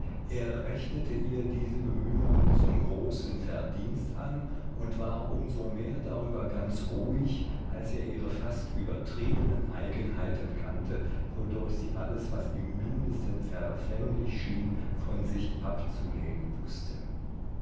er rechnete ihr diese bemühungen zu großem verdienst an und war um so mehr darüber ganz ruhig als er ihre fast übertriebenen eigenheiten kannte wodurch sie alles was im mindesten verfänglich schien von sich abzulehnen wußte